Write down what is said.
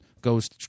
goes